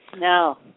No